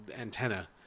antenna